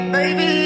Baby